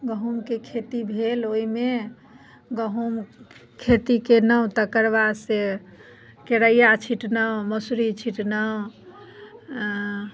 गहुँमके खेती भेल ओहिमे गहुँम खेती कयलहुँ तकर बाद से केरैआ छिटलहुँ मसुरी छिटलहुँ हँ